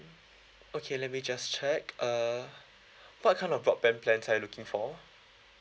okay let me just check uh what kind of broadband plans are you looking for